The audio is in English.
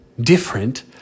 different